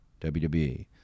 WWE